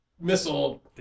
missile